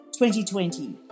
2020